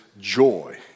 joy